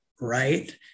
right